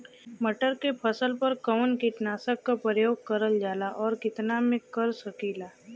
मटर के फसल पर कवन कीटनाशक क प्रयोग करल जाला और कितना में कर सकीला?